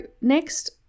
next